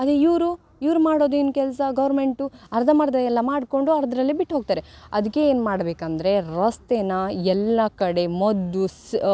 ಅದೇ ಇವರು ಇವ್ರು ಮಾಡೋದು ಏನು ಕೆಲಸ ಗೌರ್ಮೆಂಟು ಅರ್ಧಂಬರ್ಧ ಎಲ್ಲ ಮಾಡಿಕೊಂಡು ಅರ್ಧರಲ್ಲೇ ಬಿಟ್ಟು ಹೋಗ್ತಾರೆ ಅದಕ್ಕೆ ಏನು ಮಾಡಬೇಕಂದ್ರೆ ರಸ್ತೆನ ಎಲ್ಲ ಕಡೆ ಮೊದ್ಲು ಸ್